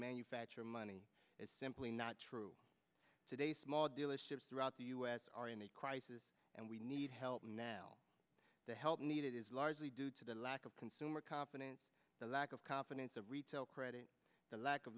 manufacturer money is simply not true today small dealerships throughout the u s are in a crisis and we need help now to help needed is largely due to the lack of consumer confidence the lack of confidence of retail credit the lack of